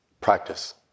practice